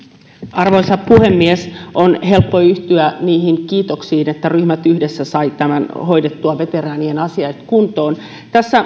arvoisa puhemies on helppo yhtyä niihin kiitoksiin että ryhmät yhdessä saivat tämän hoidettua veteraanien asiat kuntoon